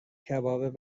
کباب